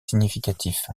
significatif